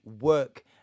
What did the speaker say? work